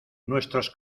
nuestros